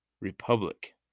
republic